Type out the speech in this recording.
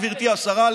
גברתי השרה,